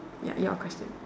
ya your question